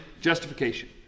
justification